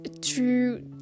true